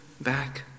back